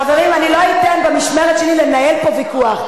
חברים, אני לא אתן במשמרת שלי לנהל פה ויכוח.